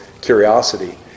curiosity